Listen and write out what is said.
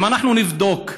אם אנחנו נבדוק,